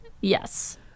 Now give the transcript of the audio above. yes